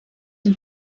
den